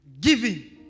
giving